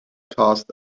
cast